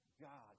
God